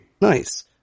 Nice